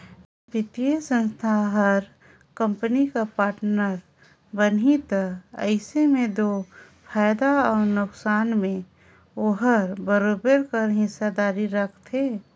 बित्तीय संस्था हर कंपनी कर पार्टनर बनही ता अइसे में दो फयदा अउ नोसकान में ओहर बरोबेर कर हिस्सादारी रखथे